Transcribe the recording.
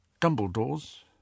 Dumbledore's